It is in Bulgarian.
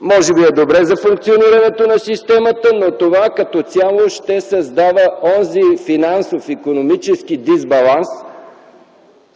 може би това е добре за функционирането на системата, но като цяло ще създава онзи финансов и икономически дисбаланс,